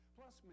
Plus